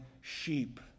sheep